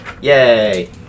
Yay